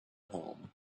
home